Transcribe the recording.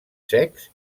secs